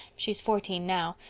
she's fourteen now.